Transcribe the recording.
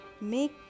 Make